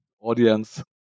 audience